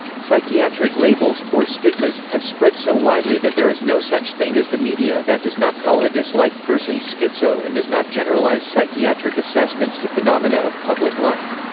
psychiatric labels, or stigmas, have spread so widely that there is no such thing as the media that does not call a disliked person so schizo so and does not generalize psychiatric assessments to phenomena of public life.